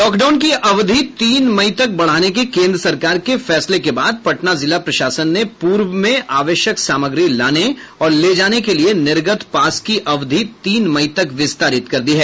lockdown की अवधि तीन मई तक बढ़ाने के केंद्र सरकार के फैसले के बाद पटना जिला प्रशासन ने पूर्व में आवश्यक सामग्री लाने और ले जाने के लिए निर्गत पास की अवधि तीन मई तक विस्तारित कर दी है